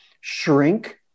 shrink